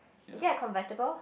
is it a convertible